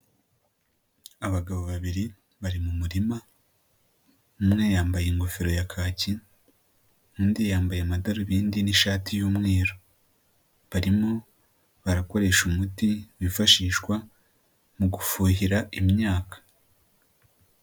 Abagabo babiri bari mu murima umwe yambaye ingofero ya kaki, undi yambaye amadarubindi n'ishati y'umweru barimo barakoresha umuti wifashishwa mu gufuhira imyaka.